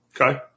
Okay